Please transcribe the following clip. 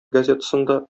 газетасында